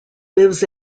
lives